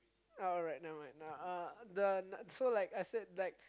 alright never mind never mind uh the so like I said like